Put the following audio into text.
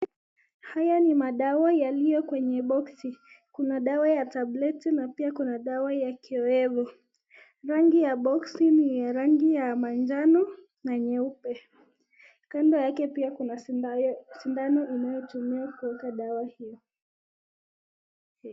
Haya ni madawa yaliyo kwenye boksi. Kuna dawa ya tableti na pia kuna dawa ya kioevu. Rangi ya boksi ni ya rangi ya manjano na nyeupe. Kando yake pia kuna sindano inayotumiwa kuweka dawa hiyo.